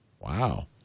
Wow